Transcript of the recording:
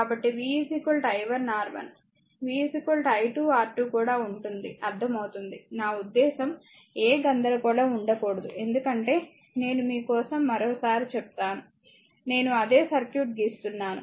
కాబట్టి v i1 R1 v i2 R2 కూడా ఉంటుంది అర్ధమవుతుంది నా ఉద్దేశ్యం ఏ గందరగోళం ఉండకూడదు ఎందుకంటే నేను మీకోసం మరోసారి చెప్తాను నేను అదే సర్క్యూట్ గీస్తున్నాను